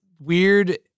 weird